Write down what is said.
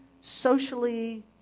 socially